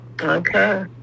Okay